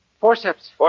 Forceps